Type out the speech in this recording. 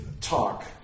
talk